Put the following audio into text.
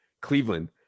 Cleveland